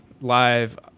live